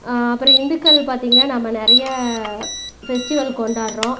அப்புறம் ஹிந்துக்கள் பார்த்தீங்கன்னா நம்ம நிறையா ஃபெஸ்டிவல் கொண்டாட்டுறோம்